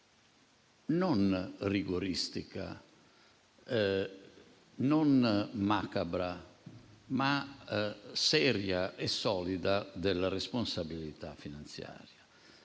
non rigoristica, non macabra, ma seria e solida della responsabilità finanziaria.